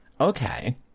Okay